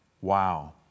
Wow